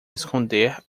esconder